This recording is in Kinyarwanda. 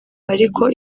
ariko